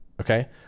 okay